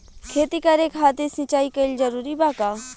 खेती करे खातिर सिंचाई कइल जरूरी बा का?